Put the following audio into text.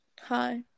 Hi